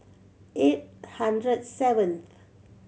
eight hundred seventh